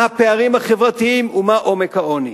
מה הפערים החברתיים ומה עומק העוני?